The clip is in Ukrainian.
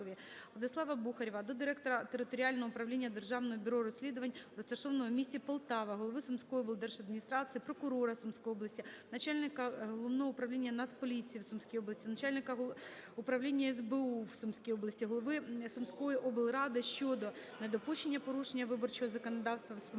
Владислава Бухарєва до директора Територіального управління Державного бюро розслідувань, розташованого у місті Полтава, голови Сумської облдержадміністрації, прокурора Сумської області, начальника Головного управління Нацполіції в Сумській області, начальника Управління СБУ в Сумській області, голови Сумської облради щодо недопущення порушень виборчого законодавства в Сумській області